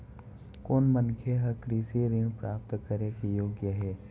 कोन मनखे ह कृषि ऋण प्राप्त करे के योग्य हे?